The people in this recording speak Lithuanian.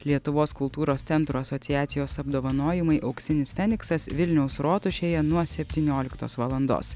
lietuvos kultūros centrų asociacijos apdovanojimai auksinis feniksas vilniaus rotušėje nuo septynioliktos valandos